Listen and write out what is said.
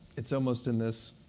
it's almost in this